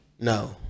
No